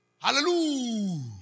Hallelujah